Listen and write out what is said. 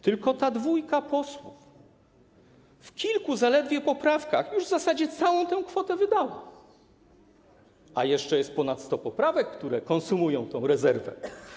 Tylko ta dwójka posłów w kilku zaledwie poprawkach już w zasadzie całą tę kwotę wydała, a jeszcze jest ponad 100 poprawek, które konsumują tę rezerwę.